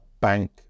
bank